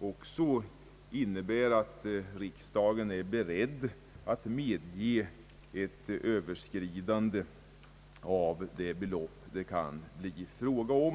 också innebär att riksdagen är beredd att medge ett överskridande av det belopp det kan bli fråga om.